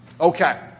Okay